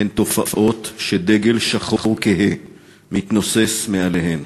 הם תופעות שדגל שחור כהה מתנוסס מעליהן.